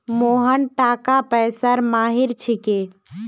मोहन टाका पैसार माहिर छिके